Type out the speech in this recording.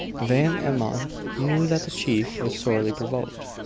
van emmon knew that the chief was sorely provoked.